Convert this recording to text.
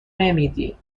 نمیدی